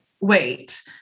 wait